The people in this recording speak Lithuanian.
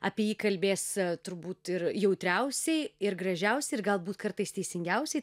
apie jį kalbės turbūt ir jautriausiai ir gražiausiai ir galbūt kartais teisingiausiai